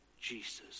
Jesus